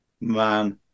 Man